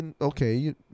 okay